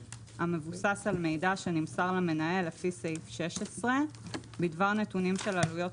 המבוסס על מידע שנמסר למנהל לפי סעיף 16 בדבר נתונים של עלויות